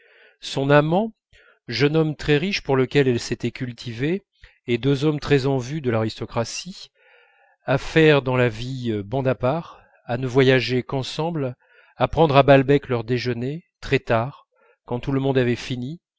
son amant jeune homme très riche pour lequel elle s'était cultivée et deux hommes très en vue de l'aristocratie à faire dans la vie bande à part à ne voyager qu'ensemble à prendre à balbec leur déjeuner très tard quand tout le monde avait fini